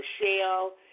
Michelle